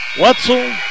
Wetzel